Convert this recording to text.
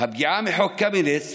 והפגיעה מחוק קמיניץ,